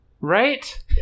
Right